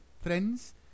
friends